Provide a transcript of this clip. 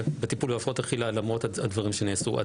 למרות הדברים שנעשו,